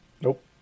Nope